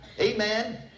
Amen